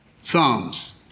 Psalms